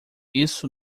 isso